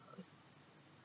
um